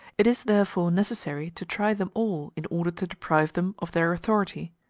it is therefore necessary to try them all in order to deprive them of their authority.